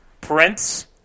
Prince